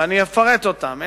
ואני אפרט אותם,